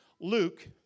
Luke